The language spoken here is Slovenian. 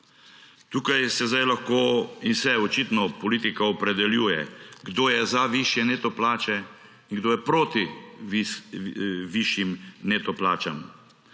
Tukaj se zdaj lahko in se, očitno, politika opredeljuje, kdo je za višje neto plače in kdo je proti višjim neto plačam,